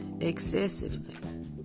excessively